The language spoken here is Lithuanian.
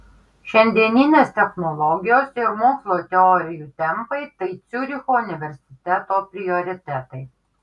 šiandieninės technologijos ir mokslo teorijų tempai tai ciuricho universiteto prioritetai